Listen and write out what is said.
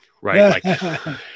Right